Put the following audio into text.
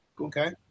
okay